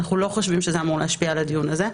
אנחנו לא חושבים שזה אמור להשפיע על הדיון הזה,